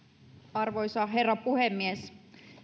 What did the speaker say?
arvoisa herra puhemies